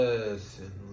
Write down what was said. Listen